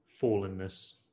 fallenness